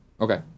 Okay